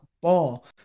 ball